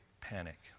panic